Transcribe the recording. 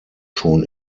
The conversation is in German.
schon